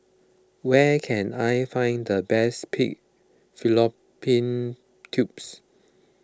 where can I find the best Pig Fallopian Tubes